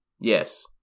Yes